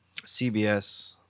CBS